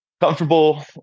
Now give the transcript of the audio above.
comfortable